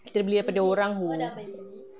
kita beli daripada orang